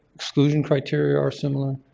exclusion criteria are similar.